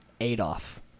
Adolf